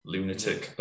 Lunatic